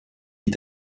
est